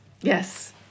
Yes